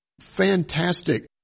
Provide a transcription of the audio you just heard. fantastic